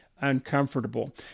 uncomfortable